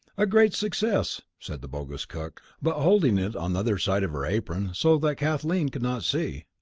a great success, said the bogus cook, but holding it on the other side of her apron so that kathleen could not see.